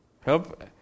help